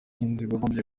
byakagombye